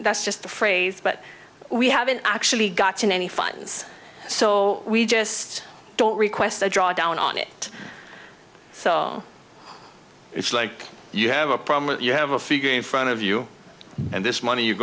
that's just the phrase but we haven't actually gotten any funds so we just don't request a drawdown on it so it's like you have a problem you have a few game front of you and this money you're